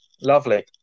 Lovely